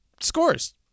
scores